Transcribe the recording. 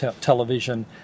television